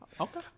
Okay